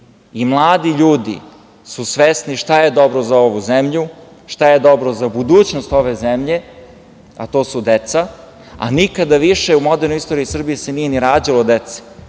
I mladi ljudi su svesni šta je dobro za ovu zemlju, šta je dobro za budućnost ove zemlje, a to su deca, a nikada više u modernoj istoriji Srbije se nije ni rađalo dece.